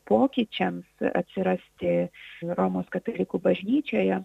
pokyčiams atsirasti romos katalikų bažnyčioje